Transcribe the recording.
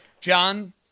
John